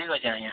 ଠିକ୍ ଅଛେ ଆଜ୍ଞା